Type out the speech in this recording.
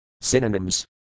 Synonyms